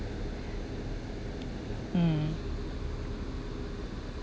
mm